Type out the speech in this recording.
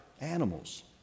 animals